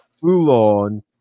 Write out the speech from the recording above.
full-on